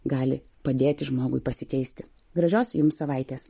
gali padėti žmogui pasikeisti gražios jums savaitės